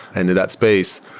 and that space,